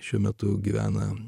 šiuo metu gyvena